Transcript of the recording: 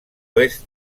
oest